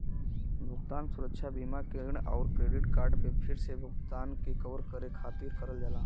भुगतान सुरक्षा बीमा के ऋण आउर क्रेडिट कार्ड पे फिर से भुगतान के कवर करे खातिर करल जाला